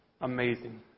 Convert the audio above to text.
amazing